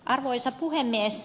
arvoisa puhemies